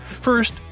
First